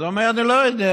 אז הוא אומר: אני לא יודע.